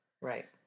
Right